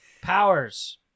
Powers